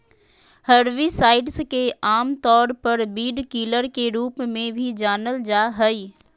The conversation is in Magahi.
हर्बिसाइड्स के आमतौर पर वीडकिलर के रूप में भी जानल जा हइ